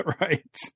right